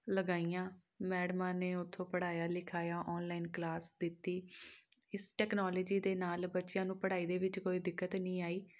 ਲਗਾਈਆਂ ਮੈਡਮਾਂ ਨੇ ਉੱਥੋਂ ਪੜ੍ਹਾਇਆ ਲਿਖਾਇਆ ਔਨਲਾਈਨ ਕਲਾਸ ਦਿੱਤੀ ਇਸ ਟੈਕਨੋਲਜੀ ਦੇ ਨਾਲ ਬੱਚਿਆਂ ਨੂੰ ਪੜ੍ਹਾਈ ਦੇ ਵਿੱਚ ਕੋਈ ਦਿੱਕਤ ਨਹੀਂ ਆਈ